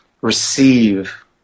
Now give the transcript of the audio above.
receive